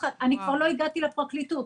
אני כבר לא הגעתי לפרקליטות.